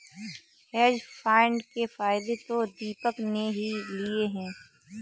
hedge fund के फायदे तो दीपक ने ही लिए है